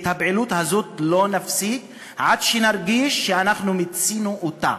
את הפעילות הזו לא נפסיק עד שנרגיש שמיצינו אותה.